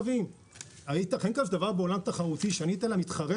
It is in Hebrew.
הייתכן בעולם תחרותי שאני אתן למתחרה